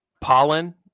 pollen